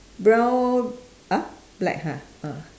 brown !huh! black ha ah